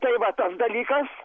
tai va tas dalykas